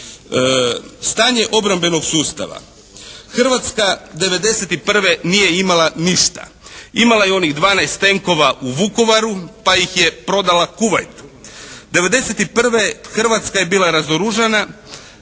Stanje obrambenog sustava. Hrvatska 1991. nije imala ništa. Imala je onih dvanaest tenkova u Vukovaru pa ih je prodala Kuvaitu. 1991. Hrvatska je bila razoružana